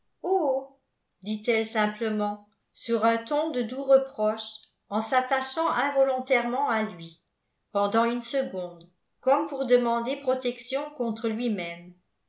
simplement sur un ton de doux reproche en s'attachant involontairement à lui pendant une seconde comme pour demander protection contre lui-même